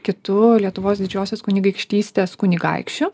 kitu lietuvos didžiosios kunigaikštystės kunigaikščiu